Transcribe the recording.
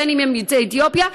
בין שהם יוצאי אתיופיה.